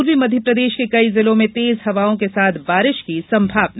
पूर्वी मध्यप्रदेश के कई जिलों में तेज हवाओं के साथ बारिश की संभावना